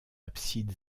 abside